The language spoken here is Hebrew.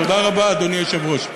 תודה רבה, אדוני היושב-ראש.